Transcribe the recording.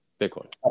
Bitcoin